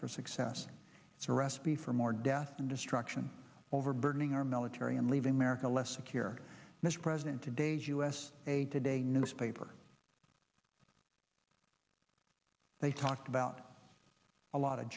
for success it's a recipe for more death and destruction over burdening our military and leaving america less secure mr president today's us today newspaper they talked about a lot of